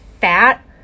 fat